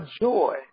joy